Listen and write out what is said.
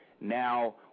Now